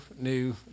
new